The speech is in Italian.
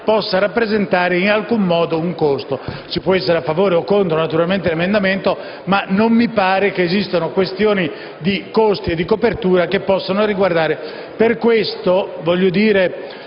possa rappresentare in alcun modo un costo: si può essere a favore o contro l'emendamento, ma non mi pare che esistano questioni di costi o di copertura che lo possano riguardare. Per questo, anche se